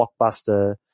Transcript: blockbuster